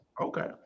Okay